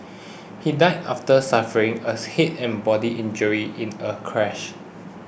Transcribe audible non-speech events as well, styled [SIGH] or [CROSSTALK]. he died after suffering a [UNINTELLIGIBLE] and body injuries in a crash